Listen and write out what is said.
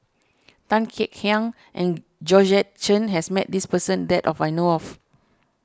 Tan Kek Hiang and Georgette Chen has met this person that I know of